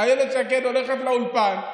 אילת שקד הולכת לאולפן,